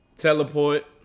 Teleport